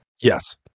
Yes